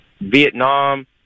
Vietnam